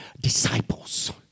disciples